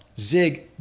Zig